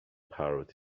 parrot